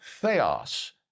theos